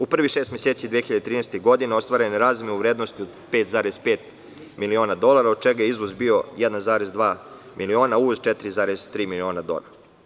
U prvih šest meseci 2013. godine ostvarena je razmena u vrednosti od 5,5 miliona dolara, od čega je izvoz bio 1,2 miliona, a uvoz 4,3 miliona dolara.